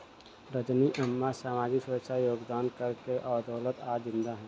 रजनी अम्मा सामाजिक सुरक्षा योगदान कर के बदौलत आज जिंदा है